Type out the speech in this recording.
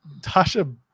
Tasha